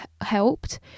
helped